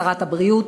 שרת הבריאות,